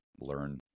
learn